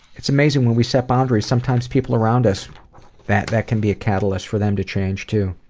it's amazing when we set boundaries, sometimes people around us that that can be a catalyst for them to change, too.